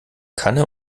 kanne